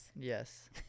Yes